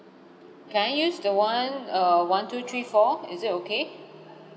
can I use the one uh one two three four is it okay